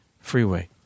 Freeway